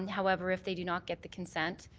and however, if they do not get the consent,